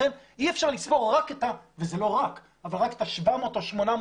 לכן אי אפשר לספור רק את וזה לא רק ה-800-700 מטרים